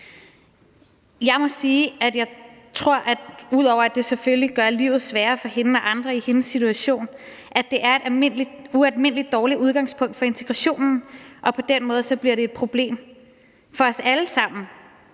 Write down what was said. Jeg må sige, at jeg tror, at det, ud over at det selvfølgelig gør livet sværere for hende og andre i en lignende situation, er et ualmindelig dårligt udgangspunkt for integrationen, og på den måde bliver det et problem for os alle sammen,